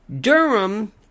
Durham